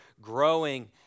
growing